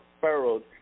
furrowed